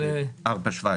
שעשינו ב-4.17.